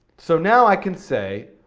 so now i can say,